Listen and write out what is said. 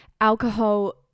alcohol